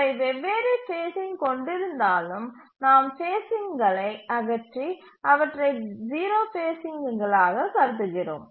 அவை வெவ்வேறு ஃபேஸ்சிங் கொண்டிருந்தாலும் நாம் ஃபேஸ்சிங்களை அகற்றி அவற்றை 0 ஃபேஸ்சிங்களாக கருதுகிறோம்